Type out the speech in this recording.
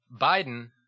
Biden